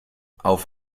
auf